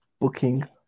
booking